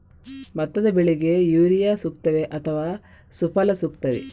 ಭತ್ತದ ಬೆಳೆಗೆ ಯೂರಿಯಾ ಸೂಕ್ತವೇ ಅಥವಾ ಸುಫಲ ಸೂಕ್ತವೇ?